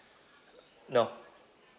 no